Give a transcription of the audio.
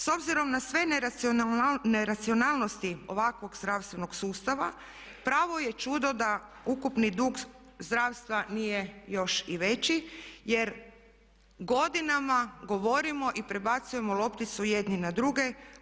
S obzirom na sve neracionalnosti ovakvog zdravstvenog sustava pravo je čudo da ukupni dug zdravstva nije još i veći, jer godinama govorimo i prebacujemo lopticu jedni na druge.